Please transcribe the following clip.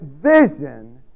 vision